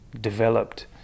developed